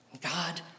God